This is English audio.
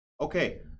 Okay